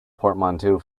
portmanteau